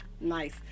Nice